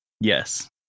yes